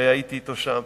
הייתי אתו שם.